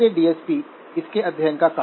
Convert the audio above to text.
vi यहां है